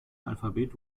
alphabet